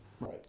Right